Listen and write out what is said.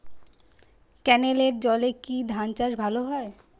ক্যেনেলের জলে কি ধানচাষ ভালো হয়?